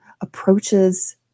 approaches